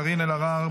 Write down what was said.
קארין אלהרר,